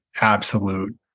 absolute